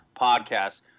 podcast